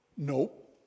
nope